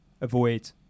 Avoid